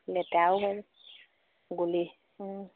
লেতেৰাও হয়